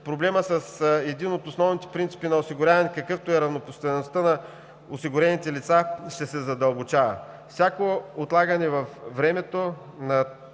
проблемът с един от основните принципи на осигуряването, какъвто е равнопоставеността на осигурените лица, ще се задълбочава. Всяко отлагане във времето на решение